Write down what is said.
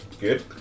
good